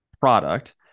product